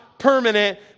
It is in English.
permanent